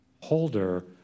holder